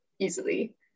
easily